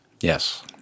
Yes